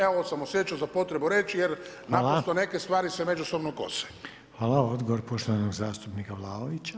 Evo ovo sam osjećao za potrebu reći jer naprosto neke stvari se međusobno kose.